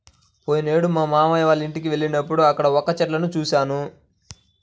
పోయినేడు మా మావయ్య వాళ్ళింటికి వెళ్ళినప్పుడు అక్కడ వక్క చెట్లను చూశాను